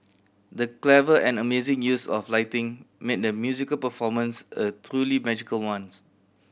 the clever and amazing use of lighting made the musical performance a truly magical ones